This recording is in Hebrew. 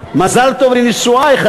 מזל טוב לנישואייך,